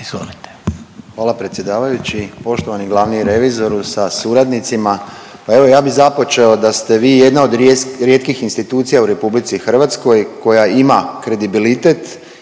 izvolite. **Piližota, Boris (SDP)** Hvala predsjedavajući, poštovani glavni revizoru sa suradnicima. Pa evo ja bih započeo da ste vi jedna od rijetkih institucija u RH koja ima kredibilitet